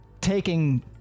taking